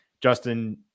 Justin